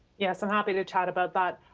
yes, i'm happy to chat about that.